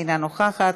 אינה נוכחת,